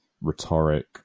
Rhetoric